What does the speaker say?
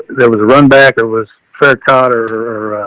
there was a run back or was fair cotter or a,